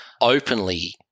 openly